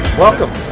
welcome.